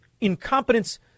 incompetence